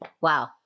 Wow